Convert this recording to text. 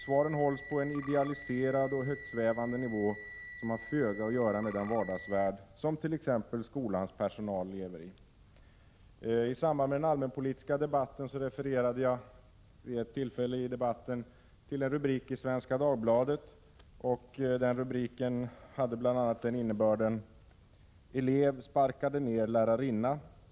Svaren hålls på en idealiserad och högtsvävande nivå som har föga att göra med den vardagsvärld som t.ex. skolans personal lever i. Under den allmänpolitiska debatten refererade jag vid ett tillfälle till en rubrik i Svenska Dagbladet, som bl.a. hade innebörden: Elev sparkade ner lärarinna.